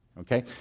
Okay